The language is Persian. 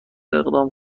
اقدام